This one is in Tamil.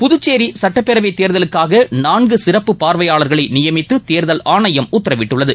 புதுச்சேரி சட்டப்பேரவைத் தேர்தலுக்காக நான்கு சிறப்பு பார்வையாளர்களை நியமித்து தேர்தல் ஆணையம் உத்தரவிட்டுள்ளது